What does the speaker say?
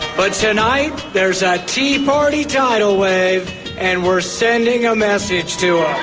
but tonight there's a tea party tidal wave and we're sending a message to